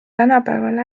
tänapäeval